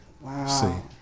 Wow